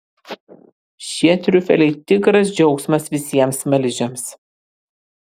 šie triufeliai tikras džiaugsmas visiems smaližiams